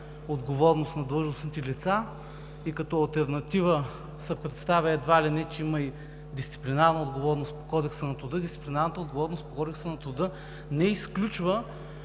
отговорност на длъжностните лица и като алтернатива се представя едва ли не, че има и дисциплинарна отговорност по Кодекса на труда. Дисциплинарната отговорност по Кодекса на труда не изключва